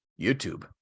YouTube